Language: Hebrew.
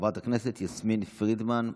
חברת הכנסת יסמין פרידמן,